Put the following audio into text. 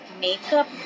makeup